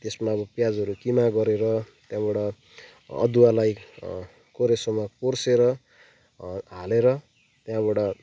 त्यसमा प्याजहरू किमा गरेर त्यहाँबाट अदुवालाई कोरेसोमा कोरेर हालेर त्यहाँबाट